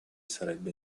sarebbe